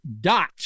dot